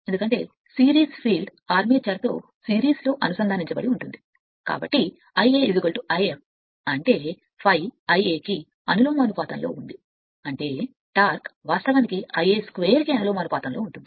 ఎందుకంటే series field ఆర్మేచర్తో సిరీస్లో అనుసంధానించబడి ఉంటుంది కాబట్టి Ia If అంటే ∅ Ia కి అనులోమానుపాతంలో ఉంది అంటే టార్క్ వాస్తవానికి Ia 2 కు అనులోమానుపాతంలో ఉంటుంది